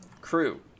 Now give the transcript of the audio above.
crew